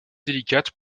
délicates